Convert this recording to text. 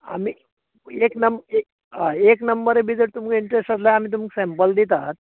आमी हय एक नंबर बी जर तुमकां इंटरस्ट आसा जाल्या आमी तुमकां सेंपल दितात